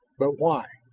but why?